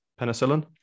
penicillin